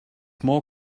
more